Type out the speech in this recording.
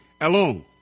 alone